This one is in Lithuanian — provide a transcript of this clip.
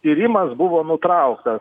tyrmasi buvo nutrauktas